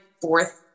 fourth